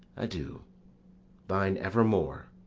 adieu. thine evermore,